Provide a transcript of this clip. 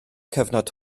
cyfnod